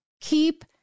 keep